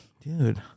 dude